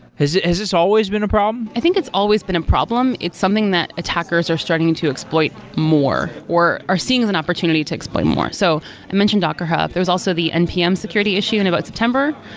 has has this always been a problem? i think it's always been a problem. it's something that attackers are starting to exploit more, or are seeing as an opportunity to exploit more. so i mentioned docker hub. there is also the npm security issue in about september,